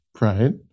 Right